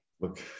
Look